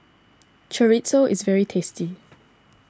Chorizo is very tasty